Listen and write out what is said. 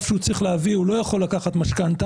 שהוא צריך להביא הוא לא יכול לקחת משכנתא.